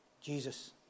Jesus